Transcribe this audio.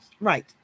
Right